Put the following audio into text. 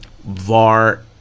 Var